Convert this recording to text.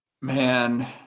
Man